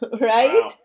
right